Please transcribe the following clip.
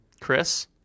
Chris